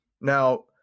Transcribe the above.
Now